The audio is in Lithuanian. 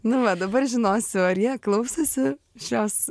nu va dabar žinosiu ar jie klausosi šios